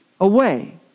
away